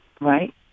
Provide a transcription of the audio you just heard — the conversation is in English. right